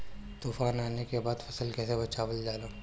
तुफान आने के बाद फसल कैसे बचावल जाला?